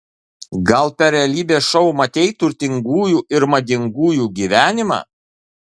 gal per realybės šou matei turtingųjų ir madingųjų gyvenimą